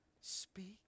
speak